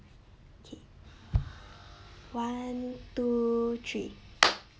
okay one two three